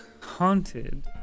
haunted